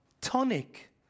tonic